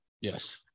Yes